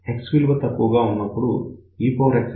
x విలువ తక్కువగా ఉన్నప్పుడు ex1 x అని రాయవచ్చు